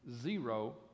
zero